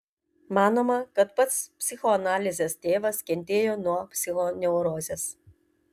manoma kad pats psichoanalizės tėvas kentėjo nuo psichoneurozės